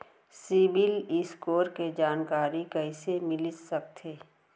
CIBIL score के जानकारी कइसे मिलिस सकथे?